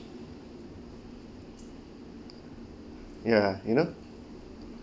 ya you know